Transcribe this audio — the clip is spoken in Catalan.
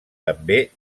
també